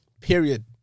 Period